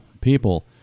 people